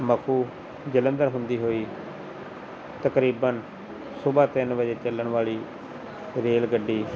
ਮਫੂ ਜਲੰਧਰ ਹੁੰਦੀ ਹੋਈ ਤਕਰੀਬਨ ਸੁਬਹਾ ਤਿੰਨ ਵਜੇ ਚੱਲਣ ਵਾਲੀ ਰੇਲ ਗੱਡੀ